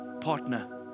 partner